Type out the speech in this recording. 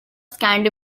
scanned